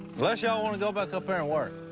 unless y'all want to go back up there and work.